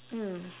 mm